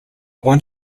want